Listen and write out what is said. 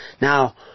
Now